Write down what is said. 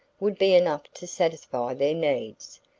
would be enough to satisfy their needs.